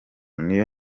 niyo